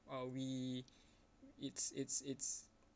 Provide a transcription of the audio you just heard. we it's it's it's